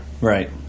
Right